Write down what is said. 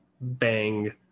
bang